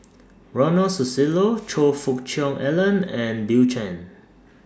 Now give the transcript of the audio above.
Ronald Susilo Choe Fook Cheong Alan and Bill Chen